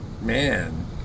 Man